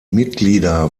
mitglieder